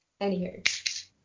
anywho